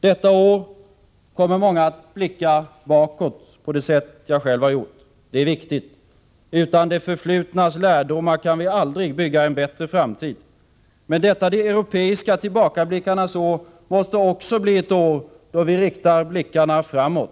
Detta år kommer många att blicka bakåt på det sätt som jag själv har gjort. Det är viktigt. Utan det förflutnas lärdomar kan vi aldrig bygga en bättre framtid. Men detta de europeiska tillbakablickarnas år måste också bli ett år då vi riktar blickarna framåt.